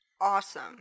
Awesome